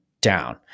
down